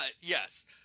yes